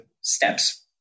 steps